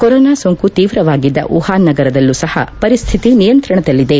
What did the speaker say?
corona ಸೋಂಕು ತೀವ್ರವಾಗಿದ್ದ Wuhan ನಗರದಲ್ಲೂ ಸಹ ಪರಿಸ್ಥಿತಿ ನಿಯಂತ್ರಣದಲ್ಲಿದೆ